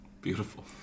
Beautiful